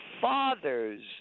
fathers